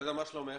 עודדה, מה שלומך?